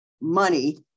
money